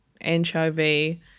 anchovy